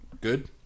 Good